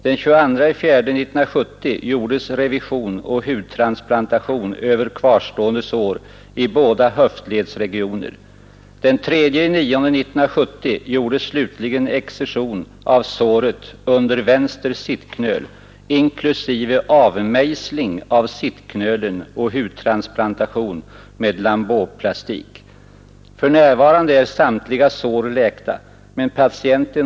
Den 22.4.1970 gjordes revision och hudtransplantation över kvarstående sår i båda höftledsregionerna. Den 3.9.1970 gjordes slutligen excision av såret under vänster sittknöl inkl. avmejsling av sittknölen och hudtransplantation med lambåplastik. F.n. är samtliga sår läkta men pat.